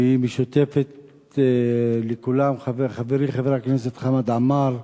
והיא משותפת לכולם, חברי חבר הכנסת חמד עמאר,